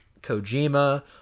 Kojima